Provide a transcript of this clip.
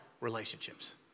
relationships